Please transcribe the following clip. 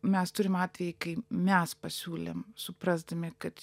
mes turim atvejį kai mes pasiūlėm suprasdami kad